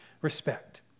respect